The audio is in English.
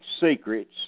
Secrets